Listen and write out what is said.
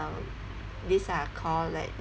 uh this are called like